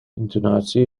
intonatie